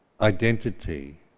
identity